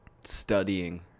studying